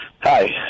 hi